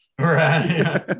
Right